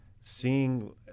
seeing